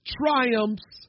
triumphs